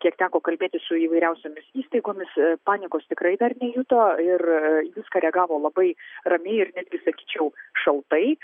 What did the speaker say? kiek teko kalbėtis su įvairiausiomis įstaigomis panikos tikrai dar nejuto ir į viską reagavo labai ramiai ir netgi sakyčiau šaltai